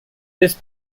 this